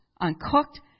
uncooked